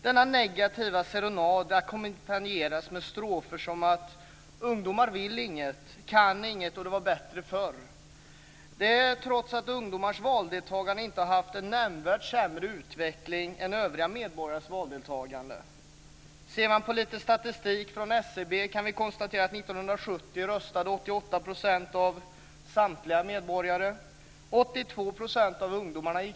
Denna negativa serenad ackompanjeras av strofer som att ungdomar vill inget, kan inget och att det var bättre förr; detta trots att ungdomars valdeltagande inte har haft en nämnvärt sämre utveckling än övriga medborgares. Av statistik från SCB kan vi konstatera att 1970 röstade 88 % av samtliga medborgare och 82 % av ungdomarna.